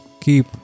keep